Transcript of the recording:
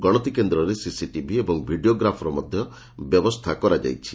ଗଣତି କେନ୍ଦରେ CC TV ଏବଂ ଭିଡ଼ିଓ ଗ୍ରାଫିର ମଧ୍ଧ ବ୍ୟବସ୍କା କରାଯାଇଛି